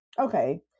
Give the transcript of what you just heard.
okay